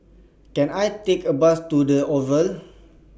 Can I Take A Bus to The Oval